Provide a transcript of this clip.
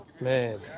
Man